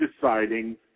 deciding